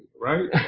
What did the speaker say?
right